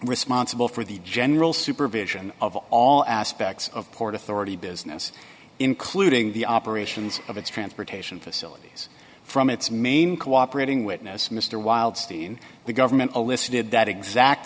responsible for the general supervision of all aspects of port authority business including the operations of its transportation facilities from its main cooperating witness mr wildstein the government elicited that exact